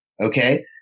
Okay